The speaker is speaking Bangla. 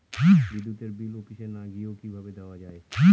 বিদ্যুতের বিল অফিসে না গিয়েও কিভাবে দেওয়া য়ায়?